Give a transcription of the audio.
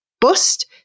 Bust